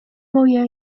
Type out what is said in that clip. moje